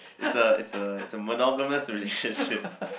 it's a it's a it's a monogamous relationship